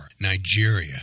Nigeria